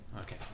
Okay